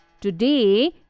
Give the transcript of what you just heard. Today